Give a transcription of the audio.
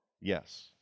yes